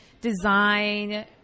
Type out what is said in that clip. design